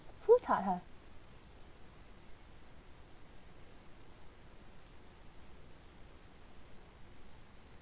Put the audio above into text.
who taught her